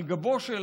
על גבו של